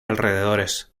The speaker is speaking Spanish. alrededores